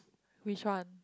which one